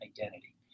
identity